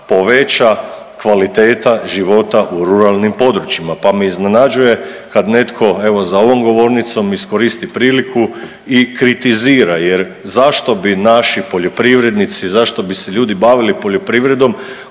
poveća kvaliteta života u ruralnim područjima, pa me iznenađuje kad netko evo za ovom govornicom iskoristi priliku i kritizira jer zašto bi naši poljoprivrednici, zašto bi se ljudi bavili poljoprivrednom